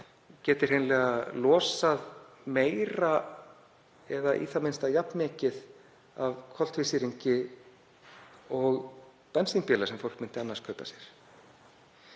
geti hreinlega losað meira eða í það minnsta jafn mikið af koltvísýringi og bensínbílar sem fólk myndi annars kaupa